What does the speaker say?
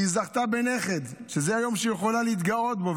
שהיא זכתה בנכד שזה היום שהיא יכולה להתגאות בו.